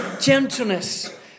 gentleness